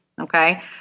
okay